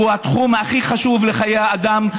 שהוא התחום הכי חשוב לחיי האדם,